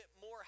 more